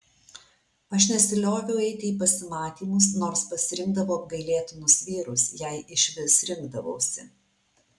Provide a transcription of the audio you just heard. aš nesilioviau eiti į pasimatymus nors pasirinkdavau apgailėtinus vyrus jei išvis rinkdavausi